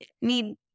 need